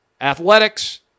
athletics